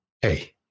hey